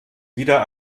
wieder